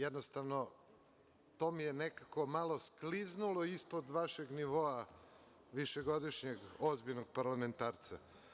Jednostavno, to mi je nekako malo skliznulo ispod vašeg nivoa višegodišnjeg ozbiljnog parlamentarca.